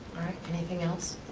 anything else?